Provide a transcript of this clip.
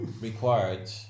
required